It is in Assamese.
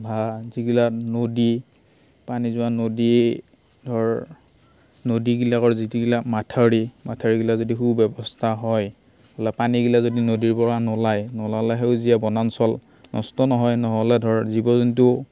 বা যিগিলা নদী পানী যোৱা নদী ধৰ নদীগিলাকৰ যি টিগিলাক মাথাউৰি মাথাউৰিগিলা যদি সু ব্য়ৱস্থা হয় বোলে পানীগিলা যদি নদীৰ পৰা নোলায় নোলালে সেউজীয়া বনাঞ্চল নষ্ট নহয় নহ'লে ধৰ জীৱ জন্তু